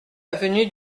avenue